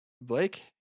Blake